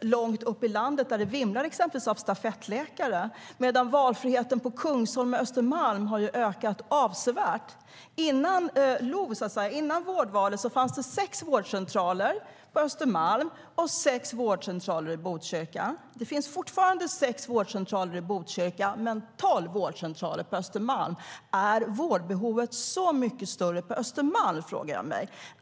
långt uppe i landet där det vimlar av stafettläkare medan valfriheten på Kungsholmen och Östermalm har ökat avsevärt. Innan LOV och vårdvalet fanns det sex vårdcentraler på Östermalm och sex vårdcentraler i Botkyrka. Det finns fortfarande sex vårdcentraler i Botkyrka men tolv vårdcentraler på Östermalm. Är vårdbehovet så mycket större på Östermalm? Det frågar jag mig.